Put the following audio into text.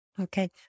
Okay